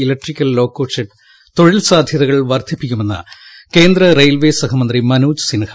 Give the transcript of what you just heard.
electrical loco shed തൊഴിൽ സാധ്യതകൾ വർദ്ധിപ്പിക്കുമെന്ന് കേന്ദ്ര റെയിൽവേ സഹമന്ത്രി മനോജ് സിൻഹ